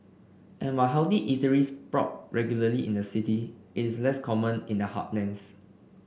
and while healthy eateries sprout regularly in the city is less common in the heartlands